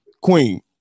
Queen